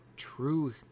true